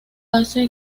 hace